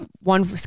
one